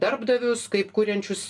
darbdavius kaip kuriančius